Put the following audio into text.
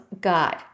God